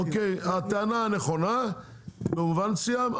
הטענה נכונה במובן מסוים,